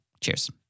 Cheers